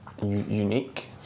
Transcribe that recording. unique